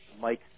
Mike